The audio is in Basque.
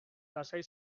lasai